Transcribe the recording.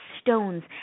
stones